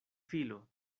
filo